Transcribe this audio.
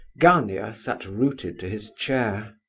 gania sat rooted to his chair.